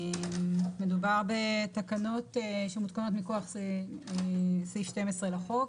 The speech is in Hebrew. מדובר בתקנות שמותקנות מכוח סעיף 12 לחוק,